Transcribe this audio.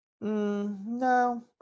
No